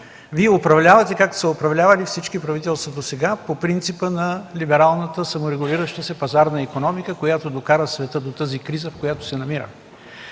Вие управлявате, както се управлявали всички правителства досега, на принципа на либералната саморегулираща се пазарна икономика, която докара света до тази криза, в която се намира.